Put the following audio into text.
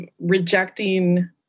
rejecting